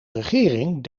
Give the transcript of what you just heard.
regering